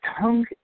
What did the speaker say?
tongue